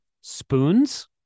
spoons